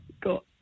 got